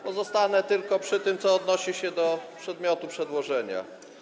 Pozostanę tylko przy tym, co odnosi się do przedmiotu przedłożenia.